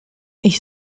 ich